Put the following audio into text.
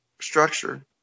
structure